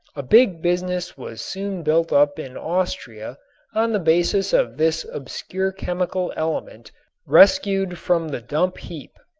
a big business was soon built up in austria on the basis of this obscure chemical element rescued from the dump-heap.